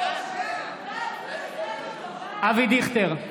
נגד אבי דיכטר,